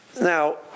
Now